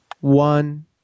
One